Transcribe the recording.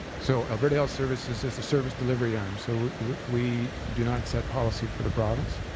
so alberta health services is the service delivery arm. so we do not set policy for the province.